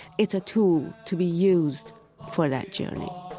it's a tool to be used for that journey